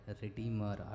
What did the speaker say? Redeemer